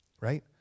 Right